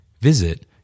Visit